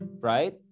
right